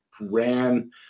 ran